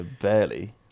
Barely